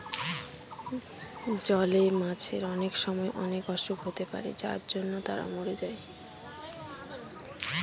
জলে মাছের অনেক সময় অনেক অসুখ হতে পারে যার জন্য তারা মরে যায়